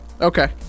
Okay